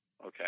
okay